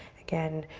again,